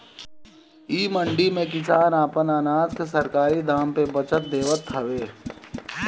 इ मंडी में किसान आपन अनाज के सरकारी दाम पे बचत देवत हवे